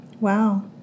Wow